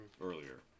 earlier